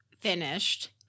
finished